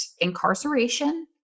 incarceration